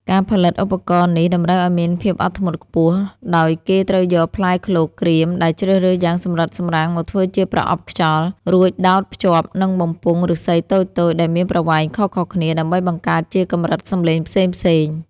ការផលិតឧបករណ៍នេះតម្រូវឲ្យមានភាពអត់ធ្មត់ខ្ពស់ ដោយគេត្រូវយកផ្លែឃ្លោកក្រៀមដែលជ្រើសរើសយ៉ាងសម្រិតសម្រាំងមកធ្វើជាប្រអប់ខ្យល់ រួចដោតភ្ជាប់នូវបំពង់ឫស្សីតូចៗដែលមានប្រវែងខុសៗគ្នា ដើម្បីបង្កើតជាកម្រិតសម្លេងផ្សេងៗ។